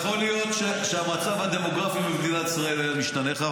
יכול להיות שהמצב הדמוגרפי במדינת ישראל היה משתנה.